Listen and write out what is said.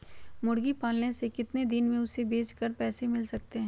मुर्गी पालने से कितने दिन में हमें उसे बेचकर पैसे मिल सकते हैं?